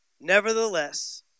Nevertheless